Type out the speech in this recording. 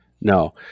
No